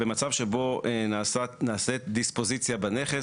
במצב שבו נעשית דיספוזיציה בנכס.